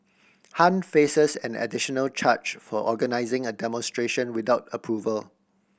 Han faces an additional charge for organising a demonstration without approval